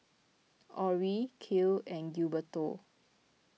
Orrie Kiel and Gilberto